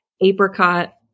apricot